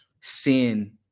sin